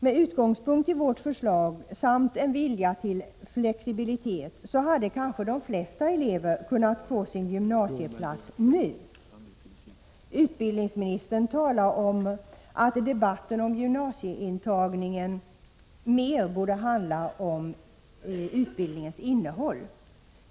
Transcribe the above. Med utgångspunkt i vårt förslag och med en vilja till flexibilitet hade kanske de flesta elever kunnat få sin gymnasieplats nu. Utbildningsministern talar om att debatten om gymnasieintagningen mer borde handla om utbildningens innehåll.